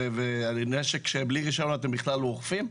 ברישיון, ונשק שבלי רישיון אתם בכלל לא אוכפים?